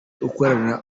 ukorana